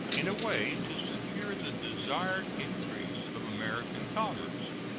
in a way to secure the desired increase of american commerce.